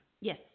Yes